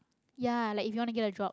ya like if you wanna get a job